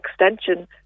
extension